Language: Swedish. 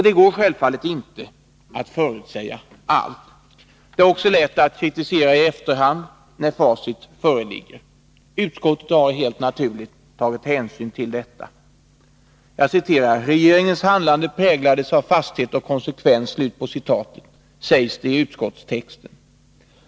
Det går självfallet inte att förutsäga allt. Det är också lätt att kritisera i efterhand när facit föreligger. Utskottet har helt naturligt tagit hänsyn till detta. ”Regeringens handlande präglades av fasthet och konsekvens”, sägs det i utskottstexten.